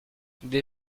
des